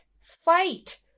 fight